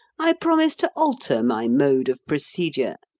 i promise to alter my mode of procedure,